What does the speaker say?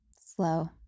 slow